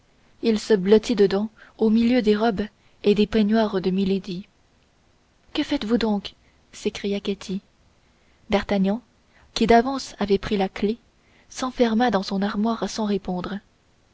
il se blottit dedans au milieu des robes et des peignoirs de milady que faites-vous donc s'écria ketty d'artagnan qui d'avance avait pris la clef s'enferma dans son armoire sans répondre